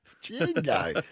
Jingo